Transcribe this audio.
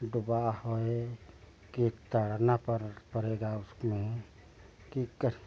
डूबाह है कि तैरना पड़ पड़ेगा उसमें कि कर